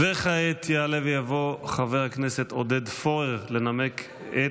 וכעת יעלה ויבוא חבר הכנסת עודד פורר לנמק את